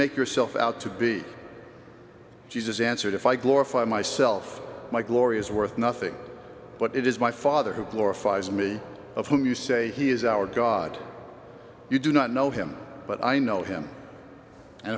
make yourself out to be jesus answered if i glory find myself my glory is worth nothing but it is my father who glorifies me of whom you say he is our god you do not know him but i know him and